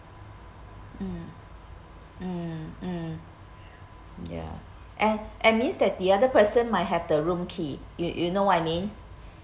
mm mm mm ya and and means that the other person might have the room key you you know what I mean